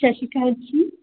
ਸਤਿ ਸ਼੍ਰੀ ਅਕਾਲ ਜੀ